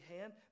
hand